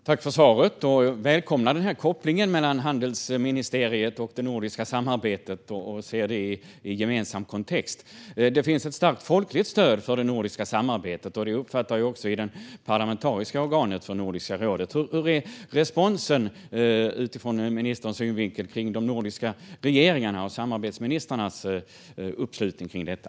Fru talman! Tack för svaret! Jag välkomnar kopplingen mellan handelsministeriet och det nordiska samarbetet och ser det i gemensam kontext. Det finns ett starkt folkligt stöd för det nordiska samarbetet. Det uppfattar jag också i det parlamentariska organet för Nordiska rådet. Hur är responsen utifrån ministerns synvinkel från de nordiska regeringarna och samarbetsministrarnas uppslutning för detta?